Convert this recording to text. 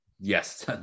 Yes